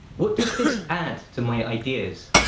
what does this add to my ideas?